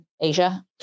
Asia